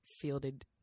fielded